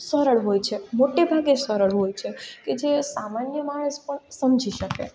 સરળ હોય છે મોટેભાગે સરળ હોય છે જે સામાન્ય માણસ પણ સમજી શકે